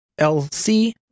lc